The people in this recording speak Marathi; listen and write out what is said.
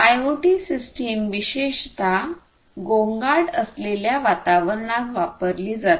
आयओटी सिस्टम विशेषत गोंगाट असलेल्या वातावरणात वापरली जाते